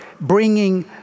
bringing